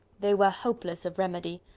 they were hopeless of remedy.